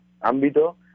ámbito